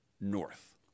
North